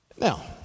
Now